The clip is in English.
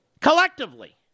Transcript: collectively